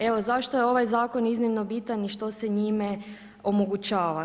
Evo zašto je ovaj zakon iznimno bitan i što se njime omogućava?